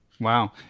Wow